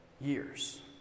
years